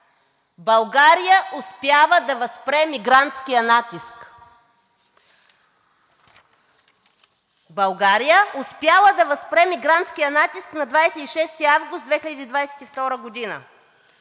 България успяла да възпре мигрантския натиск на 26 август 2022 г.